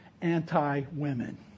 anti-women